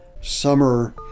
Summer